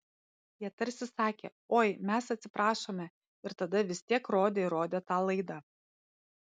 jie tarsi sakė oi mes atsiprašome ir tada vis tiek rodė ir rodė tą laidą